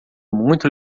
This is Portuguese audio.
muito